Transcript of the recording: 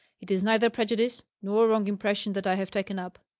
it is neither prejudice nor wrong impression that i have taken up.